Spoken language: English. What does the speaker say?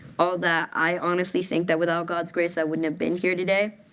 all that, i honestly think that without god's grace, i wouldn't have been here today.